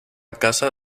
casa